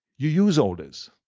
you use all this.